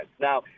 Now